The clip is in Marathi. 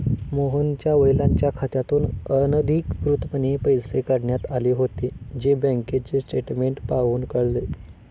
मोहनच्या वडिलांच्या खात्यातून अनधिकृतपणे पैसे काढण्यात आले होते, जे बँकेचे स्टेटमेंट पाहून कळले